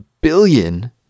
billion